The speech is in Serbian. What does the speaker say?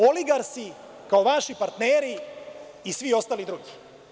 Oligarsi, kao vaši partneri, i svi ostali drugi.